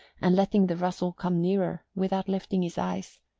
and letting the rustle come nearer without lifting his eyes.